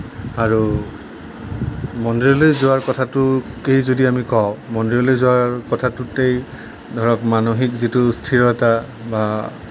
আৰু মন্দিৰলৈ যোৱাৰ কথাটোকেই যদি আমি কওঁ মন্দিৰলৈ যোৱাৰ কথাটোতেই ধৰক মানসিক যিটো স্থিৰতা বা